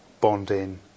bonding